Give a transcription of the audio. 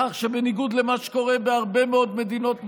לכך שבניגוד למה שקורה בהרבה מאוד מדינות מערביות,